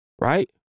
right